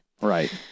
Right